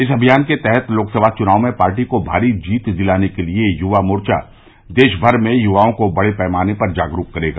इस अभियान के तहत लोकसभा चुनाव में पार्टी को भारी जीत दिलाने के लिए युवा मोर्चा देशभर में युवाओं को बड़े पैमाने पर जागरूक करेगा